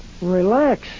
Relax